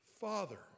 Father